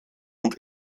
und